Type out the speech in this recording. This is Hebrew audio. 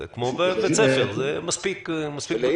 זה בסדר?